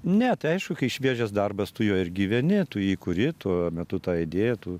ne tai aišku kai šviežias darbas tu juo ir gyveni tu jį kurį tuo metu tą idėją tu